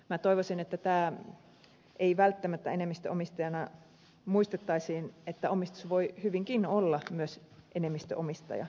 minä toivoisin että tämä ei välttämättä enemmistöomistajana muistettaisiin se että omistus voi hyvinkin olla myös enemmistöomistaja